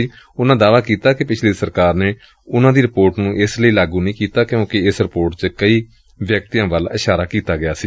ਉਨੂਾ ਦਾਅਵਾ ਕੀਤਾ ਕਿ ਪਿਛਲੀ ਸਰਕਾਰ ਨੇ ਉਨ੍ਹਾ ਦੀ ਰਿਪੋਰਟ ਨੂੰ ਇਸ ਲਈ ਲਾਗੂ ਨਹੀਂ ਕੀਤਾ ਕਿ ਕਿਉਂਕਿ ਇਸ ਰਿਪੋਰਟ ਚ ਕਈ ਵਿਅਕਤੀਆਂ ਵੱਲ ਇਸ਼ਾਰਾ ਕੀਤਾ ਗਿਆ ਸੀ